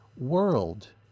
World